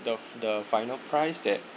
the the final price that